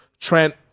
Trent